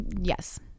Yes